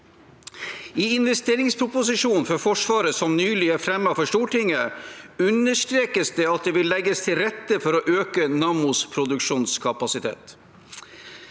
I investeringsproposisjonen for Forsvaret, som nylig er fremmet for Stortinget, understrekes det at det vil legges til rette for å øke Nammos produksjonskapasitet.